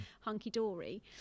hunky-dory